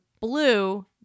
blue